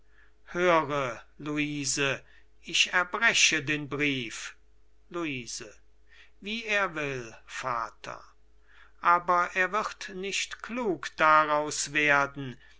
höre luise ich erbrechen den brief luise wie er will vater aber er wird nicht klug daraus werden